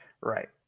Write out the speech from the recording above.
Right